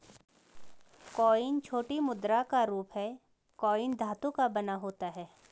coin छोटी मुद्रा का रूप है कॉइन धातु का बना होता है